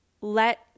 let